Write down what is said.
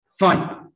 Fine